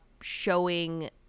showing